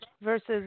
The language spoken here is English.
versus